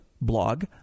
blog